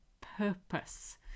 purpose